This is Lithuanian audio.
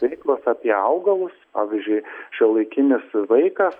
veiklos apie augalus pavyzdžiui šiuolaikinis vaikas